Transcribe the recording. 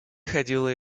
ходила